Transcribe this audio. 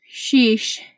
Sheesh